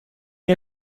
der